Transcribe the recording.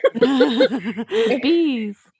Bees